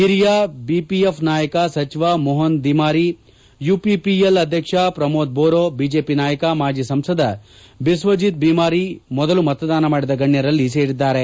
ಹಿರಿಯ ಬಿಪಿಎಫ್ ನಾಯಕ ಸಚಿವ ರೋಹನ್ ದಿಮಾರಿ ಯುಪಿಪಿಎಲ್ ಅಧ್ಯಕ್ಷ ಪ್ರಮೋದ್ ಬೋರೋ ಬಿಜೆಪಿ ನಾಯಕ ಮಾಜಿ ಸಂಸದ ಬಿಸ್ವಜಿತ್ ಬಿಮಾರಿ ಮೊದಲು ಮತದಾನ ಮಾಡಿದ ಗಣ್ಯರಲ್ಲಿ ಸೇರಿದ್ದಾರೆ